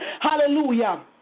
hallelujah